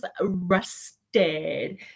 rusted